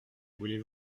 voulez